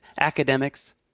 academics